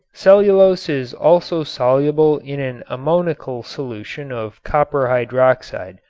cellulose is also soluble in an ammoniacal solution of copper hydroxide.